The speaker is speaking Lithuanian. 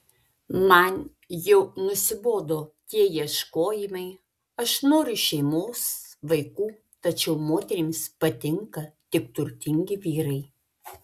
man jau nusibodo tie ieškojimai aš noriu šeimos vaikų tačiau moterims patinka tik turtingi vyrai